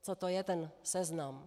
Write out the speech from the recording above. Co to je ten Seznam?